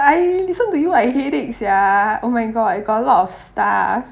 I listen to you I headache sia oh my god you got a lot of stuff